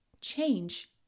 change